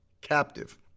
captive